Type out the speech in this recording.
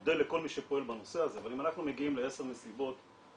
מודה לכל מי שפועל בנושא הזה אבל אם אנחנו מגיעים לעשר מסיבות בשנה,